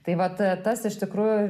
tai vat tas iš tikrųjų